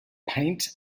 paint